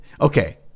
Okay